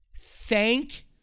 Thank